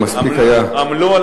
הוא מספיק היה, עמלו על